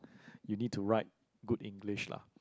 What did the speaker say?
you need to write good English lah